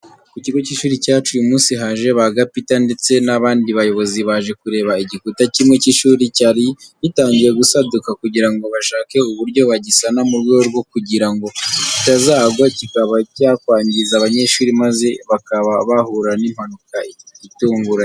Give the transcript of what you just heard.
Ku kigo cy'ishuri cyacu uyu munsi haje ba gapita ndetse n'abandi bayobozi baje kureba igikuta kimwe cy'ishuri cyari gitangiye gusaduka, kugira ngo bashake uburyo bagisana mu rwego rwo kugira ngo kitazagwa kikaba cyakwangiza abanyeshuri maze bakaba bahura n'impanuka itunguranye.